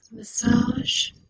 massage